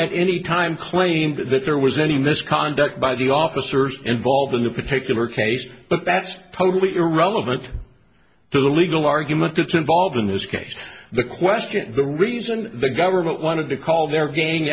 at any time claimed that there was any misconduct by the officers involved in the particular case but that's totally irrelevant to the legal argument that's involved in this case the question the reason the government wanted to call their gang